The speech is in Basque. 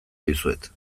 dizuet